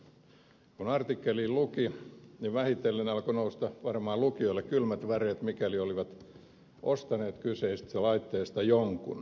kun artikkelin luki niin vähitellen alkoi nousta varmaan lukijoille kylmät väreet mikäli olivat ostaneet kyseisistä laitteista jonkun